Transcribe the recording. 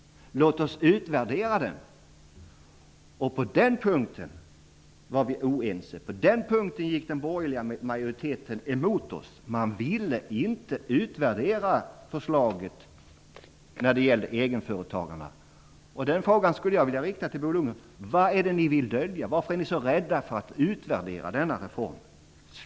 Låt oss utvärdera den. På den punkten var vi oense. Den borgerliga majoriteten gick emot oss. Man ville inte utvärdera effekterna av förslaget om egenföretagarna. Jag skulle vilja fråga Bo Lundgren vad ni vill dölja. Varför är ni så rädda för att utvärdera denna reform?